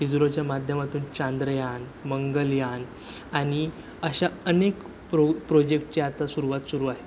इझरोच्या माध्यमातून चांद्रयान मंगलयान आणि अशा अनेक प्रो प्रोजेक्टची आता सुरवात सुरू आहे